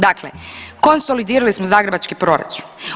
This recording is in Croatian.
Dakle, konsolidirali smo zagrebački proračun.